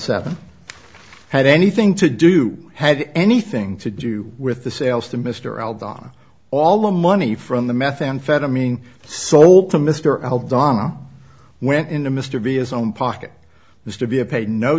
seven had anything to do had anything to do with the sales to mr al donna all the money from the methamphetamine sold to mr al donna went into mr b is own pocket used to be a paid no